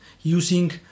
using